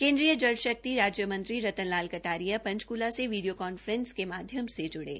केन्द्रीय जल शक्ति राज्य मंत्री श्री रतन लाल कटारिया पंचक्ला से वीडियो कॉन्फ्रेसिंग के माध्यम से जुड़े